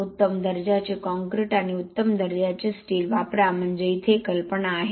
उत्तम दर्जाचे काँक्रीट आणि उत्तम दर्जाचे स्टील वापरा म्हणजे इथे कल्पना आहे